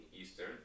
Eastern